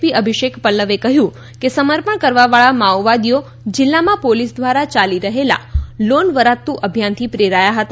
પી અભિષેક પલ્લવે કહ્યું કે સમર્પણ કરવાવાળા માઓવાદીઓ જિલ્લામાં પોલીસ દ્વારા ચાલી રહેલા લોન વરાતુ અભિયાનથી પ્રેરાયા હતા